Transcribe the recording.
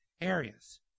areas